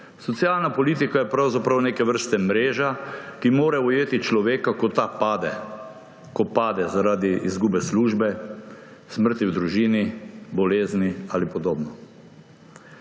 Socialna politika je pravzaprav neke vrste mreža, ki mora ujeti človeka, ko ta pade. Ko pade zaradi izgube službe, smrti v družini, bolezni ali podobno.